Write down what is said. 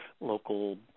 local